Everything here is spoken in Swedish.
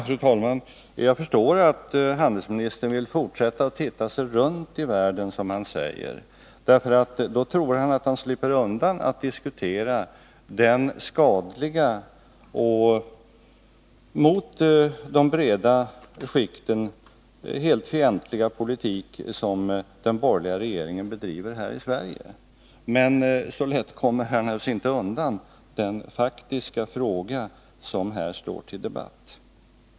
Fru talman! Jag förstår att handelsministern vill fortsätta att titta sig runt i världen, som han säger. Därmed tror han att han slipper undan att diskutera den skadliga och mot de breda skikten helt fientliga politik som den borgerliga regeringen driver här i Sverige. Men så lätt kommer han naturligtvis inte undan den faktiska fråga som här står till debatt.